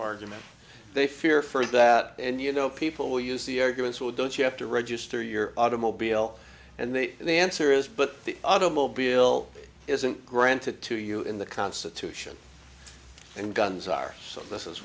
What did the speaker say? argument they fear for that and you know people will use the arguments well don't you have to register your automobile and then the answer is but the automobile isn't granted to you in the constitution and guns are so